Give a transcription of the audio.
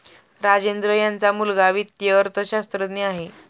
राजेंद्र यांचा मुलगा वित्तीय अर्थशास्त्रज्ञ आहे